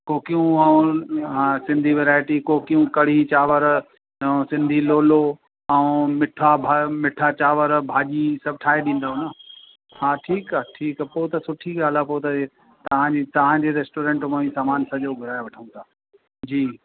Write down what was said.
कोकियूं ऐं सिंधी वैराइटी कोकियूं कढ़ी चांवर ऐं सिंधी लोलो ऐं मीठा भ मीठा चांवरु भाॼी सभु ठाहे ॾींदव न हा ठीकु आहे ठीकु त पोइ त सुठी ॻाल्हि आहे पोइ त इहे तव्हां तव्हांजी रेस्टोरेंट मां ई सामान सॼो घुराए वठूं था जी